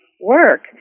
work